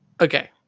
Okay